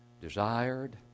desired